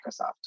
Microsoft